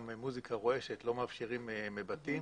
גם מוזיקה רועשת לא מאפשרים בבתים.